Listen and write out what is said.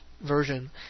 Version